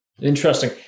Interesting